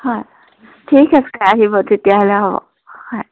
হয় ঠিক আছে আহিব তেতিয়াহ'লে হ'ব হয়